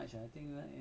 mm